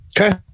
okay